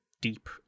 deep